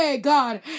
God